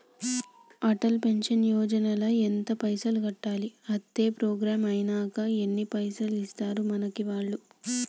Atal pension Yojana ల ఎంత పైసల్ కట్టాలి? అత్తే ప్రోగ్రాం ఐనాక ఎన్ని పైసల్ ఇస్తరు మనకి వాళ్లు?